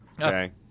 Okay